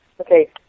okay